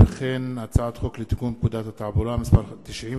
חוק ומשפט על רצונה להחיל דין רציפות על הצעת חוק חובת המכרזים (תיקון,